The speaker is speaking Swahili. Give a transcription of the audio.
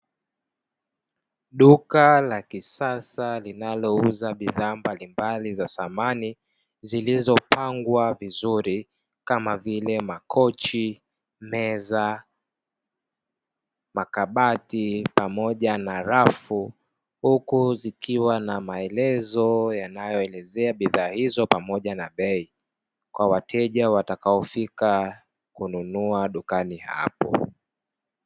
Duka la kisasa linalouza bidhaa mbalimbali za samani zilizopangwa vizuri, kama vile: makochi, meza, makabati pamoja na rafu, huku zikiwa na maelezo yanayoelezea bidhaa hizo pamoja na bei, kwa wateja watakaofika kununua dukani hapo.